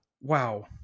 Wow